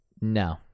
No